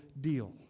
deal